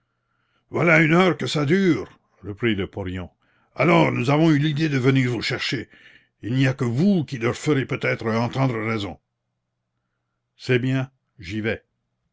voilà une heure que ça dure reprit le porion alors nous avons eu l'idée de venir vous chercher il n'y a que vous qui leur ferez peut-être entendre raison c'est bien j'y vais